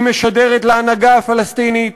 היא משדרת להנהגה הפלסטינית,